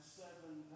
seven